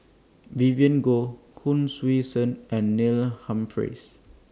Vivien Goh Hon Sui Sen and Neil Humphreys